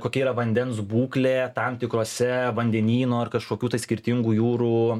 kokia yra vandens būklė tam tikrose vandenyno ar kažkokių tai skirtingų jūrų